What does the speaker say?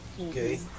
Okay